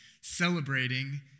celebrating